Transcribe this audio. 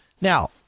Now